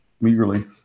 meagerly